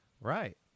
right